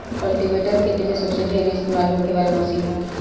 cultivator खेती मे सबसे ढेर इस्तमाल होखे वाला मशीन बा